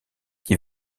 qui